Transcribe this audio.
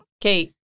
Kate